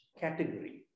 category